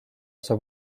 saab